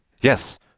Yes